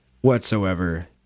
whatsoever